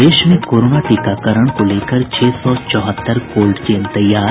प्रदेश में कोरोना टीकाकरण को लेकर छह सौ चौहत्तर कोल्ड चेन तैयार